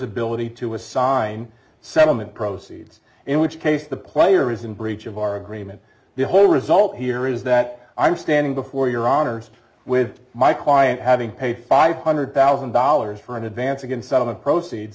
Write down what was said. ability to assign settlement proceeds in which case the player is in breach of our agreement the whole result here is that i'm standing before your honor's with my client having paid five hundred thousand dollars for an advance against some of the proceeds